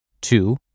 Two